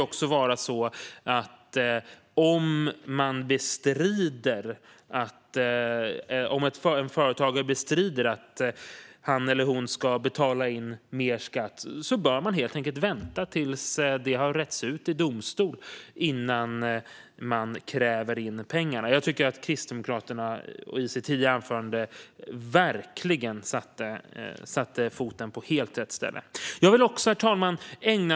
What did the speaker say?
Om en företagare bestrider att han eller hon ska betala in mer skatt bör det vara så att man helt enkelt väntar tills det hela har retts ut i domstol innan pengarna krävs in. Jag tycker att Kristdemokraterna i sitt tidigare anförande verkligen satte foten på helt rätt ställe. Herr talman!